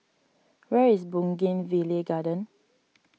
where is Bougainvillea Garden